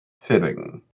fitting